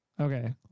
Okay